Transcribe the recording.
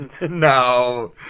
No